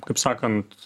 kaip sakant